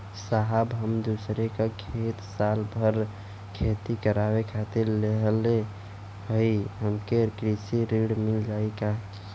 साहब हम दूसरे क खेत साल भर खेती करावे खातिर लेहले हई हमके कृषि ऋण मिल जाई का?